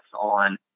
on